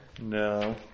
No